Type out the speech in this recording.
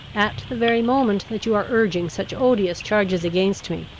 at the very moment that you are urging such odious charges against me,